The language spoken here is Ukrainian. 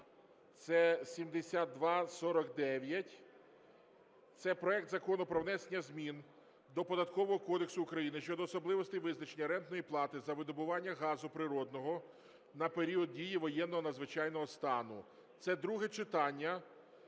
це 7249. Це проект Закону про внесення змін до Податкового кодексу України щодо особливостей визначення рентної плати за видобування газу природного на період дії воєнного, надзвичайного стану. Це друге читання.